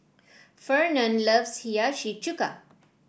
Fernand loves Hiyashi Chuka